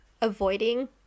avoiding